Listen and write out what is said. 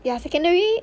ya secondary